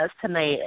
tonight